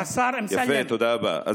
יפה, תודה רבה.